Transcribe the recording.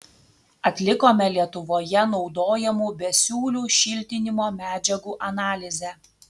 atlikome lietuvoje naudojamų besiūlių šiltinimo medžiagų analizę